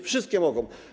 Wszystkie mogą.